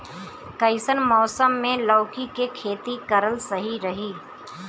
कइसन मौसम मे लौकी के खेती करल सही रही?